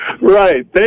Right